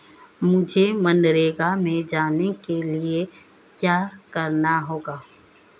मुझे मनरेगा में जाने के लिए क्या करना होगा?